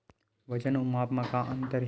वजन अउ माप म का अंतर हे?